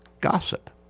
gossip